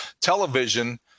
television